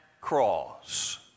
cross